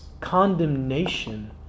condemnation